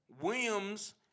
Williams